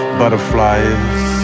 butterflies